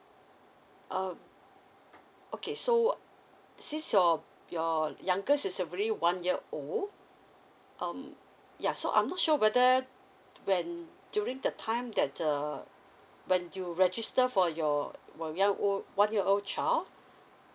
uh okay so since your your youngest is already one year old um ya so I'm not sure whether when during the time that uh when you register for your one year old one year old child